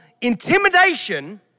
intimidation